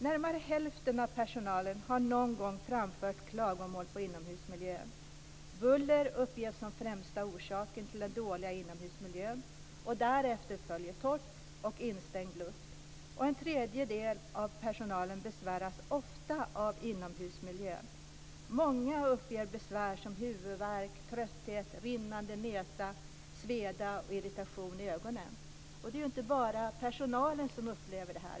- Närmare hälften av personalen har någon gång framfört klagomål på inomhusmiljön. Buller uppges som främsta orsaken till den dåliga inomhusmiljön, och därefter följer torr och instängd luft. En tredjedel av personalen besväras ofta av inomhusmiljön. Många uppger besvär som huvudvärk, trötthet, rinnande näsa och sveda och irritation i ögonen." Det är inte bara personalen som upplever det här.